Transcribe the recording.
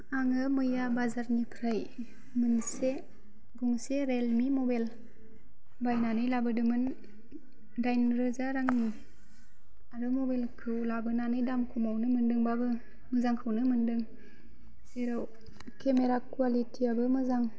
आङो मैया बाजारनिफ्राय मोनसे गंसे रियेलमि मबाइल बायनानै लाबोदोंमोन दाइनरोजा रांनि आरो मबाइलखौ लाबोनानै दाम खमावनो मोनदोंबाबो मोजांखौनो मोनदों जेराव केमेरा कुवालिटिआबो मोजां